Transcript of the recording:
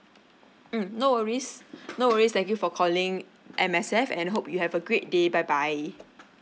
mm no worries no worries thank you for calling M_S_F and hope you have a great day bye bye